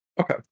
Okay